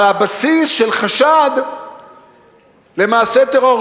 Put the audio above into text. על הבסיס של חשד למעשה טרור.